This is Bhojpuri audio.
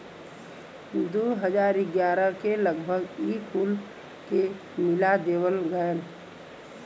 दू हज़ार ग्यारह के लगभग ई कुल के मिला देवल गएल